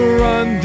run